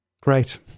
Great